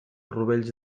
rovells